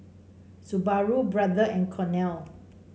Subaru Brother and Cornell